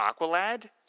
Aqualad